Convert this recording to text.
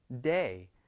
day